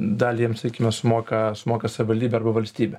dalį jiem sakykime sumoka sumoka savivaldybė arba valstybė